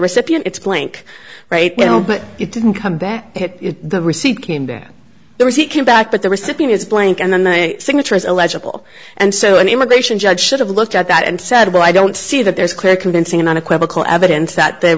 recipient it's playing right you know but it didn't come back the receipt came back there was he came back but the recipient is blank and then my signature is illegible and so an immigration judge should have looked at that and said well i don't see that there's clear convincing and unequivocal evidence that they